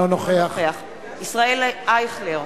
אינו נוכח ישראל אייכלר,